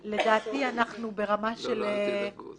לדעתי, אנחנו ברמה של -- לא, אל תדאגו.